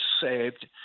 saved